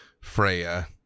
Freya